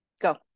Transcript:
go